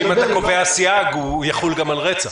שאם אתה קובע סייג הוא יחול גם על רצח.